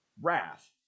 Wrath